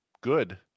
good